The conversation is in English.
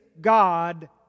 God